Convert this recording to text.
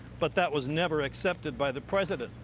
but that was never accepted by the president.